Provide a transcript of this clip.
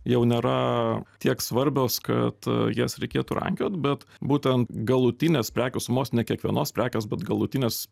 jau nėra tiek svarbios kad jas reikėtų rankiot bet būtent galutinės prekių sumos ne kiekvienos prekės bet galutinės